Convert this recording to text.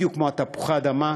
בדיוק כמו תפוחי האדמה,